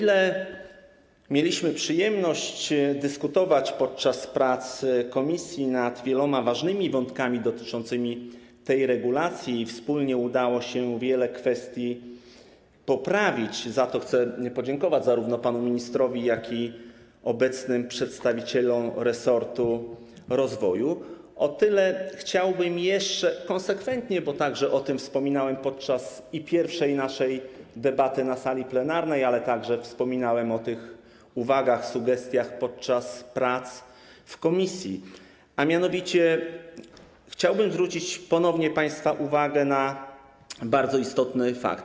O ile mieliśmy przyjemność dyskutować podczas prac komisji nad wieloma ważnymi wątkami dotyczącymi tej regulacji i wspólnie udało się wiele kwestii poprawić - za to chcę podziękować zarówno panu ministrowi, jak i obecnym przedstawicielom resortu rozwoju - o tyle chciałbym jeszcze konsekwentnie, bo wspominałem o tym podczas pierwszej naszej debaty na sali plenarnej, ale wspominałem o tych uwagach, sugestiach także podczas prac w komisji, ponownie zwrócić państwa uwagę na bardzo istotne fakty.